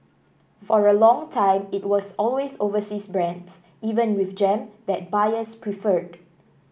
for a long time it was always overseas brands even with jam that buyers preferred